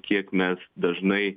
kiek mes dažnai